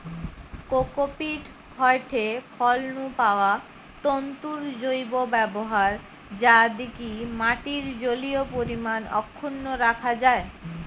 cocopeat হয়ঠে ফল নু পাওয়া তন্তুর জৈব ব্যবহার যা দিকি মাটির জলীয় পরিমাণ অক্ষুন্ন রাখা যায়